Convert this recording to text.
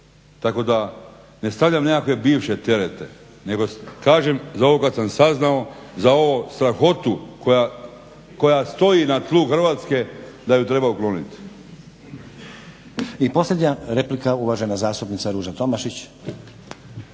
tako da ne stavljam nekakve bivše terete nego kažem za ovog sam saznao, za ovu strahotu koja stoji na tlu Hrvatske da je treba ukloniti. **Stazić, Nenad (SDP)** I posljednja replika, uvažena zastupnica Ruža Tomašić.